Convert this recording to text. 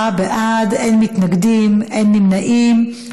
עשרה בעד, אין מתנגדים, אין נמנעים.